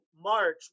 March